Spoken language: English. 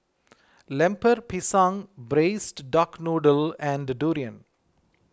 Lemper Pisang Braised Duck Noodle and Durian